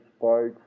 spikes